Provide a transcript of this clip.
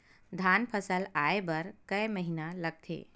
धान फसल आय बर कय महिना लगथे?